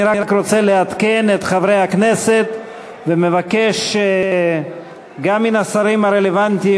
אני רק רוצה לעדכן את חברי הכנסת ומבקש גם מהשרים הרלוונטיים,